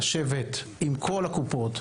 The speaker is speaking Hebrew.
אנחנו בעד לשבת עם כל הקופות,